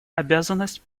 обязанность